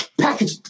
package